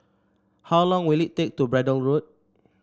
how long will it take to Braddell Road